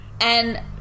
and-